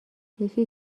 یکی